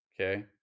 okay